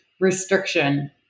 restriction